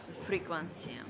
frequency